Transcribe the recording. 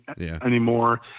anymore